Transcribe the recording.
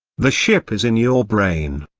the ship is in your brain.